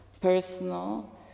personal